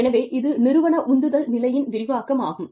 எனவே இது நிறுவன உந்துதல் நிலையின் விரிவாக்கம் ஆகும்